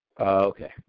Okay